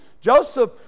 Joseph